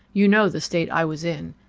you know the state i was in.